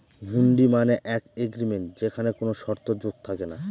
হুন্ডি মানে এক এগ্রিমেন্ট যেখানে কোনো শর্ত যোগ থাকে না